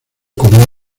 como